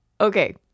Okay